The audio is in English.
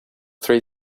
three